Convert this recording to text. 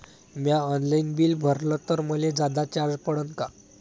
म्या online bill भरलं तर मले जादा चार्ज पडन का?